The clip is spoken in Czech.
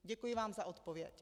Děkuji vám za odpověď.